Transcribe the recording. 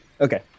Okay